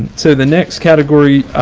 so the next category